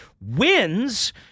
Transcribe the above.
wins –